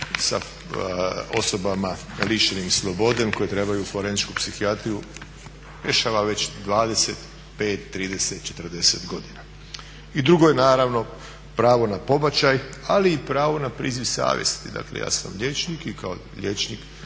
sa osobama lišenim slobode koje trebaju forenzičku psihijatriju rješava već 25, 30, 40 godina. I drugo je naravno pravo na pobačaj ali i pravo na priziv savjesti. Dakle ja sam liječnik i kao liječnik